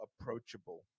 approachable